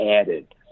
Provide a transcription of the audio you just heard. added